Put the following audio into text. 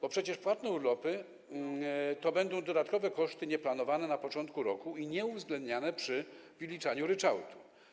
Bo przecież płatne urlopy to będą dodatkowe koszty nieplanowane na początku roku i nieuwzględniane przy wyliczaniu ryczałtu.